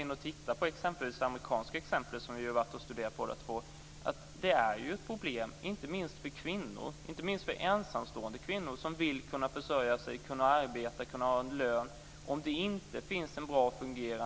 Men om man ser på det amerikanska exemplet, som vi båda har studerat, ser man att det är ett problem om det inte finns en fungerande barnomsorg, inte minst för ensamstående kvinnor som vill kunna försörja sig, arbeta och få en lön.